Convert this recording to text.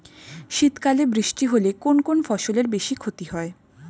শীত কালে বৃষ্টি হলে কোন কোন ফসলের বেশি ক্ষতি হয়?